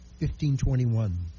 1521